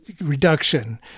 reduction